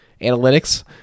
Analytics